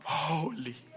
holy